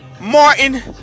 Martin